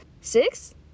six